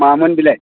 मामोन बेलाय